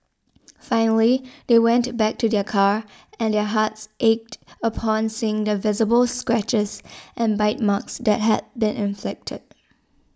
finally they went back to their car and their hearts ached upon seeing the visible scratches and bite marks that had been inflicted